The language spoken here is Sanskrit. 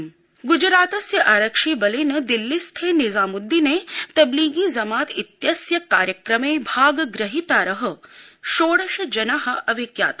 गुजरात ग्जरातस्य आरक्षिबलेन दिल्लीस्थे निजामुद्दीने तब्लीगी जमात इत्यस्य कार्यक्रमे भाग ग्रहीतार षोडश जना अभिज्ञाता